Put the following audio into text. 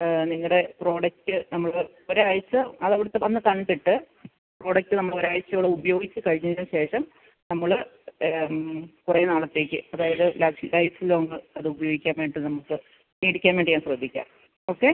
നിങ്ങളുടെ പ്രോഡക്റ്റ് നമ്മൾ ഒരാഴ്ച്ച അത് അവിടുത്തെ വന്ന് കണ്ടിട്ട് പ്രൊഡക്റ്റ് നമ്മൾ ഒരു ആഴ്ച്ചയോളം ഉപയോഗിച്ച് കഴിഞ്ഞതിന് ശേഷം നമ്മൾ കുറേ നാളത്തേക്ക് അതായത് ലൈഫ് ലോങ്ങ് അതുപയോഗിക്കാൻ വേണ്ടിയിട്ട് നമുക്ക് മേടിക്കാൻ വേണ്ടി ഞാൻ ശ്രദ്ധിക്കാം ഓക്കെ